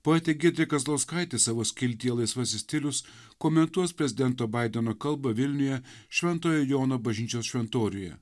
poetė giedrė kazlauskaitė savo skiltyje laisvasis stilius komentuos prezidento baideno kalbą vilniuje šventojo jono bažnyčios šventoriuje